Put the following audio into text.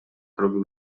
robił